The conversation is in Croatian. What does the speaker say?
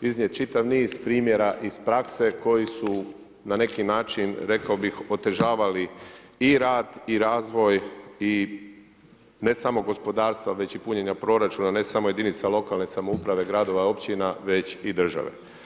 iznijeti čitav niz primjera iz prakse koji su na neki način, rekao bi otežavali i rad i razvoj i ne samo gospodarstva već i punjena proračuna, ne samo jedinice lokalne samouprave, gradova, općina, već i države.